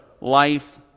life